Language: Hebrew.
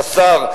השר,